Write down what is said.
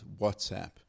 WhatsApp